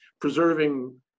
preserving